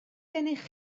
gennych